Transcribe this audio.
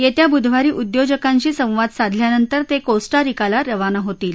येत्या बुधवारी उद्योजकांशी संवाद साधल्यानंतर ते कोस्टा रिकाला खवाना होतील